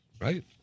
Right